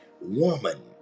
woman